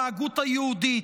בהגות היהודית: